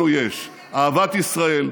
לנו יש: אהבת ישראל,